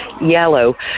yellow